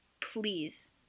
Please